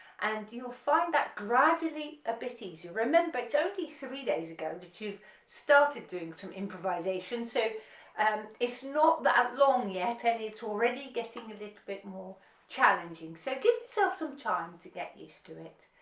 and you'll find that gradually a bit easier, remember it's only three days ago that you've started doing some improvisation so um it's not that long yet and it's already getting a little bit more challenging, so give yourself some time to get used to it.